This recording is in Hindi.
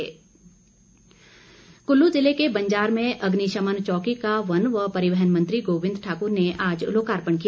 अग्निशमन कल्लू जिले के बंजार में अग्निशमन चौकी का वन व परिवहन मंत्री गोविंद ठाकर ने आज लोकार्पण किया